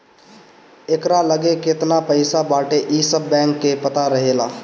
एकरा लगे केतना पईसा बाटे इ सब बैंक के पता रहेला